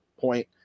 point